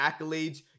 accolades